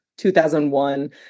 2001